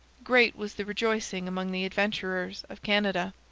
great was the rejoicing among the adventurers of canada.